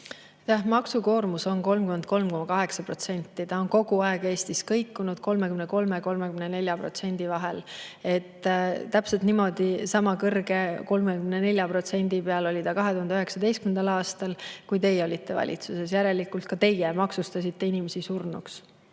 Maksukoormus on 33,8%. See on kogu aeg Eestis kõikunud 33–34% vahel. Täpselt sama kõrge, 34% oli see 2019. aastal, kui teie olite valitsuses. Järelikult ka teie maksustasite inimesi surnuks,